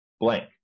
blank